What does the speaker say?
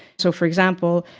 so, for example,